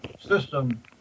system